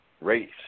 race